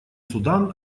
судан